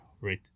right